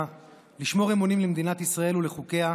לשמור אמונים למדינת ישראל ולחוקיה,